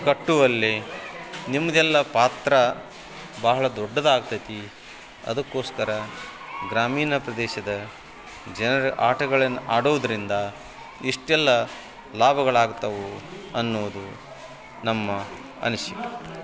ಕಟ್ಟುವಲ್ಲಿ ನಿಮ್ಮದೆಲ್ಲ ಪಾತ್ರ ಬಹಳ ದೊಡ್ಡದಾಗ್ತೆತಿ ಅದಕ್ಕೋಸ್ಕರ ಗ್ರಾಮೀಣ ಪ್ರದೇಶದ ಜನರ ಆಟಗಳನ್ನು ಆಡೋದರಿಂದ ಇಷ್ಟೆಲ್ಲ ಲಾಭಗಳಾಗ್ತವೆ ಅನ್ನೋದು ನಮ್ಮ ಅನಿಸಿಕೆ